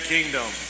Kingdom